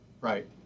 right